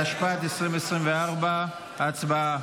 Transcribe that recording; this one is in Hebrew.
התשפ"ד 2024. הצבעה.